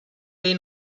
say